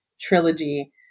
trilogy